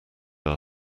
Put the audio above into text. our